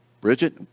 Bridget